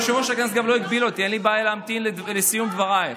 אין לי בעיה להמתין לסיום דברייך.